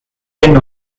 enw